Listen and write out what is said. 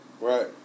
Right